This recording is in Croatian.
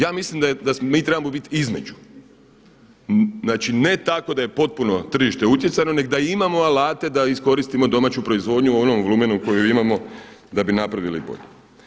Ja mislim da mi trebamo biti između, znači ne tako da je potpuno tržište utjecajno nego da imamo alate da iskoristimo domaću proizvodnju u onom volumenu u kojem imamo da bi napravili bolje.